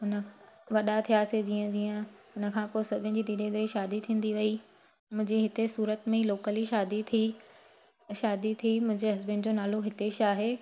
हुन वॾा थियासीं जीअं जीअं हुन खां पोइ सभिनि जी धीरे धीरे शादी थींदी वई मुंहिंजे हिते सूरत में ई लोकली शादी थी ऐं शादी थी मुंहिंजे हस्बैंड जो नालो हिते छा आहे